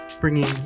bringing